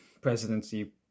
presidency